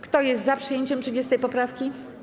Kto jest za przyjęciem 30. poprawki?